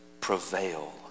prevail